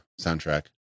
soundtrack